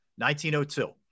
1902